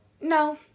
No